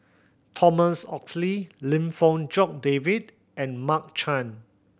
Thomas Oxley Lim Fong Jock David and Mark Chan